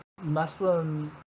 Muslim